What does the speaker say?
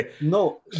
No